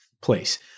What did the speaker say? place